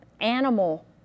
animal